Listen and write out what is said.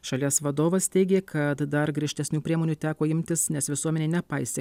šalies vadovas teigė kad dar griežtesnių priemonių teko imtis nes visuomenė nepaisė